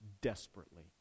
desperately